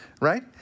Right